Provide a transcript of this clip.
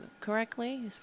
correctly